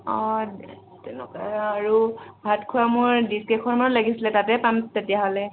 অঁ তেনেকুৱা আৰু ভাত খোৱা মই ডিছ এখনো লাগিছিলে তাতে পাম তেতিয়াহ'লে